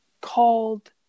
called